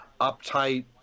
uptight